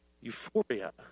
euphoria